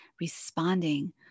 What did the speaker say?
responding